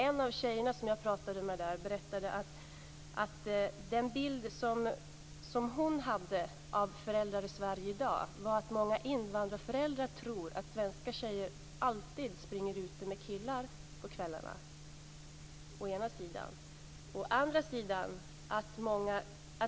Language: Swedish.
En av tjejerna jag pratade med där berättade att den bild som hon hade av föräldrar i Sverige i dag var att många invandrarföräldrar tror att svenska tjejer alltid springer ute med killar på kvällarna. Det är den ena sidan.